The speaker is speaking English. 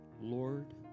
Lord